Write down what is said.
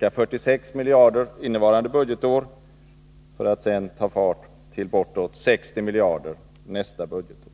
ca 46 miljarder innevarande budgetår, för att sen snabbt öka till bortåt 60 miljarder kronor nästa budgetår.